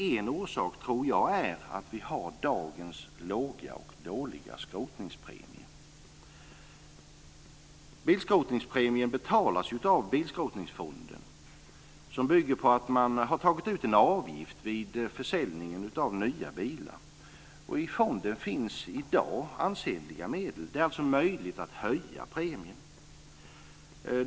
En orsak tror jag är dagens låga och dåliga skrotningspremie. Bilskrotningspremien betalas av Bilskrotningsfonden. Den bygger på att man har tagit ut en avgift vid försäljningen av nya bilar. I fonden finns i dag ansenliga medel. Det är alltså möjligt att höja premien.